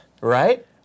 Right